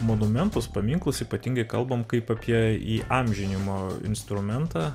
monumentus paminklus ypatingai kalbam kaip apie įamžinimo instrumentą